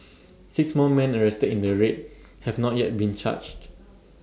six more men arrested in the raid have not yet been charged